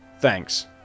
Thanks